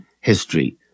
history